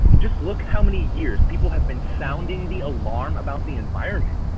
just look how many years people have been sounding the alarm about the environment.